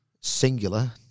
singular